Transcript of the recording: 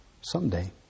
someday